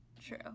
True